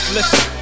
Listen